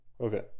Okay